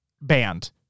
band